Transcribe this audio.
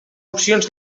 opcions